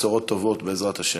בשורות טובות, בעזרת השם.